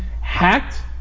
hacked